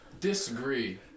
disagree